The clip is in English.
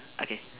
okay